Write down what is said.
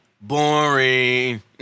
Boring